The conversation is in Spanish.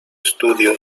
estudio